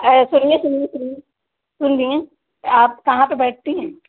अरे सुनिये सुनिये सुनिये सुनिये आप कहाँ पर बैठती हैं